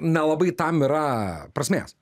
nelabai tam yra prasmės